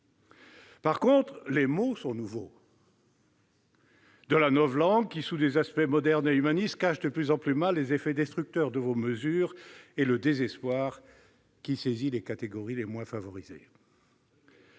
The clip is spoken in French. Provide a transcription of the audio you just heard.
revanche, les mots sont nouveaux : de la novlangue qui, sous des aspects modernes et humanistes, cache de plus en plus mal les effets destructeurs de vos mesures et le désespoir qui saisit les catégories les moins favorisées.